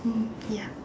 mm ya